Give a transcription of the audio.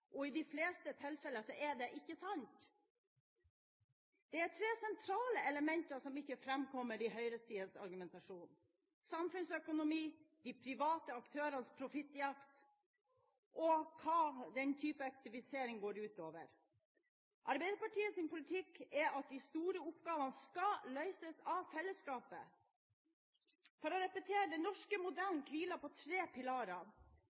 og i de fleste tilfeller er det ikke sant. Det er tre sentrale elementer som ikke framkommer i høyresidens argumentasjon: samfunnsøkonomi, de private aktørenes profittjakt, og hva den type effektivisering går ut over. Arbeiderpartiets politikk er at de store oppgavene skal løses av fellesskapet. For å repetere: Den norske modellen hviler på tre pilarer: